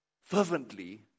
fervently